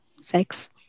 sex